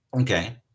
Okay